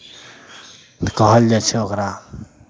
कहल जाइ छै ओकरा